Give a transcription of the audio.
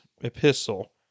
epistle